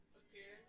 okay